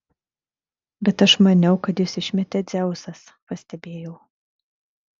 bet aš maniau kad jus išmetė dzeusas pastebėjau